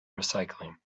recycling